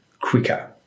quicker